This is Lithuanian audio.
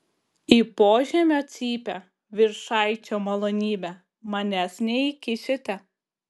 į požemio cypę viršaičio malonybe manęs neįkišite